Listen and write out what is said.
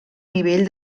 nivell